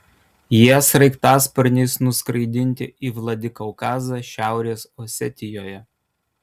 jie sraigtasparniais nuskraidinti į vladikaukazą šiaurės osetijoje